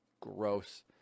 gross